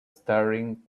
staring